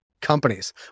Companies